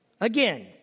Again